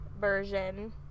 version